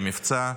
למבצע,